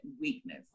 weakness